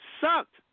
sucked